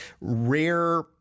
rare